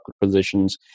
positions